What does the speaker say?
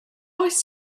oes